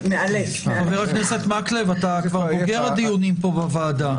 חה"כ מקלב, אתה כבר בוגר הדיונים פה בוועדה.